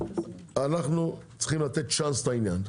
אנחנו צריכים לתת צ'אנס לעניין.